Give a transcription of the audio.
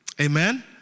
Amen